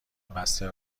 بسته